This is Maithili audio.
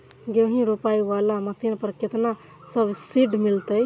गेहूं रोपाई वाला मशीन पर केतना सब्सिडी मिलते?